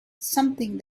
something